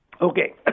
Okay